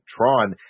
Tron